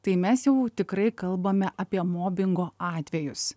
tai mes jau tikrai kalbame apie mobingo atvejus